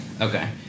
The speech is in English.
Okay